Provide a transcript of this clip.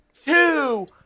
two